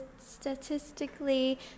statistically